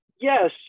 Yes